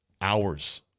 hours